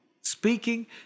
speaking